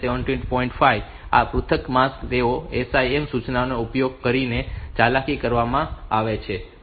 5 માટે આ પૃથક માસ્ક તેઓનો SIM સૂચનાનો ઉપયોગ કરીને ચાલાકી કરવામાં આવે છે